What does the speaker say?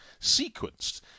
sequenced